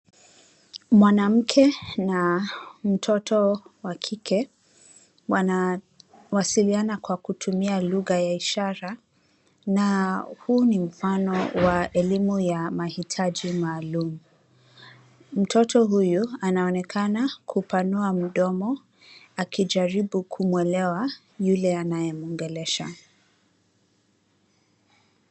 Mwanamke na mtoto wa kike, wanawasiliana kwa kutumia lugha ya ishara, na huu ni mfano wa elimu ya mahitaji maalum. Mtoto huyu anaonekana kupanua mdomo akijaribu kumuelewa yule anayemwongelesha.